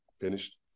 finished